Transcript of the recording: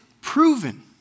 proven